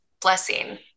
blessing